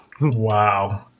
Wow